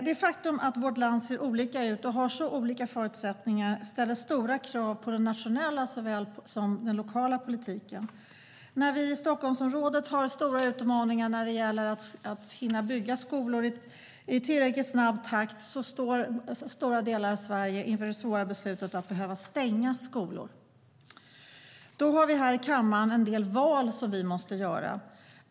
Det faktum att vårt land ser olika ut och har olika förutsättningar ställer stora krav på såväl den nationella som den lokala politiken. När vi i Stockholmsområdet har stora utmaningar att hinna bygga skolor i tillräckligt snabb takt står stora delar av Sverige inför det svåra beslutet att behöva stänga skolor. Därför har vi i kammaren en del val som vi måste göra.